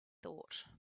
thought